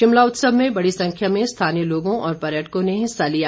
शिमला उत्सव में बड़ी संख्या में स्थानीय लोगों और पर्यटकों ने हिस्सा लिया